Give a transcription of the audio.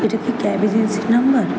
এটা কি ক্যাব এজেন্সির নাম্বার